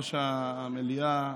יושב-ראש המליאה,